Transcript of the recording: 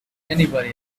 anybody